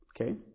Okay